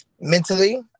mentally